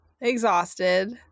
exhausted